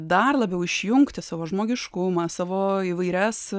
dar labiau išjungti savo žmogiškumą savo įvairias